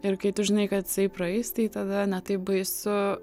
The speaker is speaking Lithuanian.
ir kai tu žinai kad jisai praeis tai tada ne taip baisu